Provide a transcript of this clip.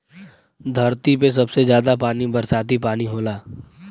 धरती पे सबसे जादा पानी बरसाती पानी होला